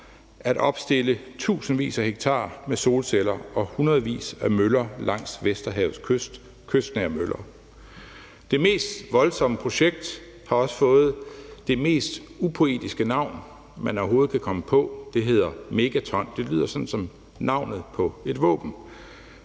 at opstille tusindvis af hektar med solceller og hundredvis af møller langs Vesterhavets kyst, kystnære møller. Det mest voldsomme projekt har også fået det mest upoetiske navn, man overhovedet kan komme på, og det hedder Megaton. Det lyder som navnet på et våben,